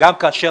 כן,